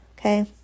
Okay